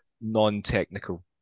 non-technical